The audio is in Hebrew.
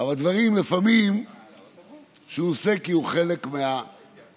שהוא עושה כי הוא חלק מהקולקטיב.